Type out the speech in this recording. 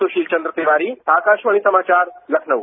सुर्सील चंद्र तिवारी आकाशवाणी समाचार लखनऊ